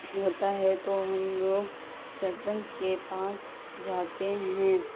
ہوتا ہے تو ہم لوگ سرپنچ کے پاس جاتے ہیں